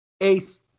ace